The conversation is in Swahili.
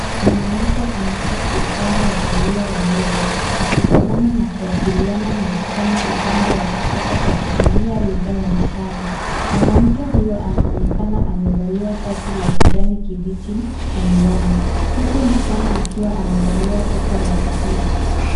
Mwanamke ameketi upande wa kulia wa meza, akitazama na kuwasiliana na msichana upande wa kushoto Kwa kutumia lugha ya ishara. Mwanamke huyo anaonekana amevalia shati la kijani kibichi na miwani, huku msichana akiwa amevalia sweta la kijivu.